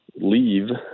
leave